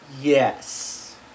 yes